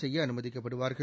செய்ய அனுமதிக்கப்படுவார்கள்